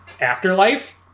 Afterlife